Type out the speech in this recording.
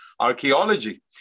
Archaeology